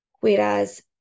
whereas